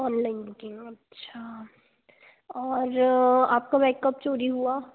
online booking अच्छा और आपका बैग कब चोरी हुआ